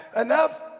enough